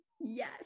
Yes